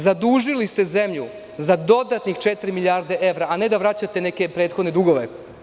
Zadužili ste zemlju za dodatnih četiri milijarde evra, a ne da vraćate neke prethodne dugove.